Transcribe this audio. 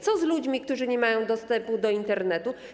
Co z ludźmi, którzy nie mają dostępu do Internetu?